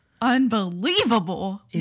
unbelievable